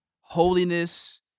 holiness